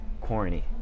corny